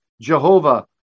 Jehovah